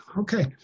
okay